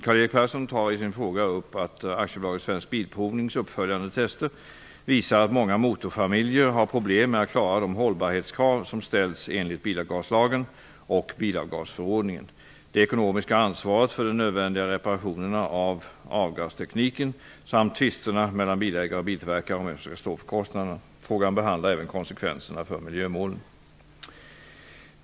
Karl-Erik Persson tar i sin fråga upp att AB Svensk Bilprovnings uppföljande tester visar att många motorfamiljer har problem med att klara de hållbarhetskrav som ställs enligt bilavgaslagen och bilavgasförordningen, det ekonomiska ansvaret för de nödvändiga reparationerna av avgastekniken samt tvisterna mellan bilägare och biltillverkare om vem som skall stå för kostnaderna. Frågan behandlar även konsekvenserna för miljömålen.